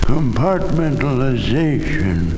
Compartmentalization